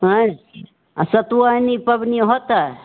आँय आ सतुआइनि पाबनि होतै